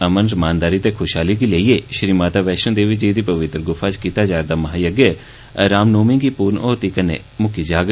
अमन रमानदारी ते ख्वषहाली गी लेईयै श्री माता वैश्णो देवी जी दी पवित्र गुफा च कीता जा'रदा महायज्ञ रामनवमी गी पूर्ण आहूति कन्नै समपन्न होग